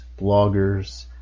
bloggers